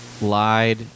lied